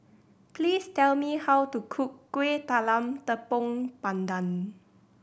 please tell me how to cook Kueh Talam Tepong Pandan